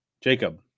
Jacob